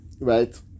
right